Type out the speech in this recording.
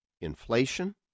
inflation